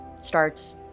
starts